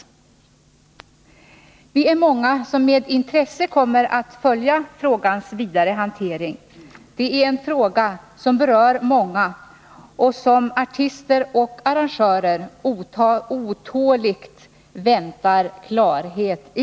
Vi är många som med intresse kommer att följa frågans vidare hantering. Det är en fråga som berör många och som artister och arrangörer otåligt väntar klarhet i.